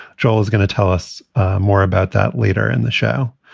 joel is going to tell us more about that later in the show.